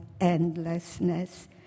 endlessness